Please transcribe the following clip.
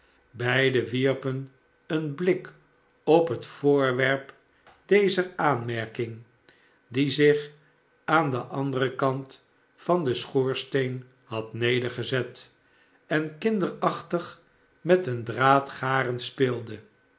beiden wierpen een blik op het voorwerp dezer aanmerking die zich aan den anderen kant van den schoorsteen had nedergezet en kinderachtig met een draad garen speelde